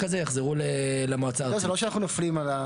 בהיקף שלא יעלה על 75 מ"ר,